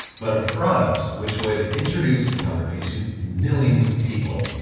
but a product which would introduce photography to millions of people,